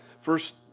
First